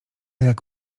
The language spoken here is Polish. jak